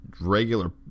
regular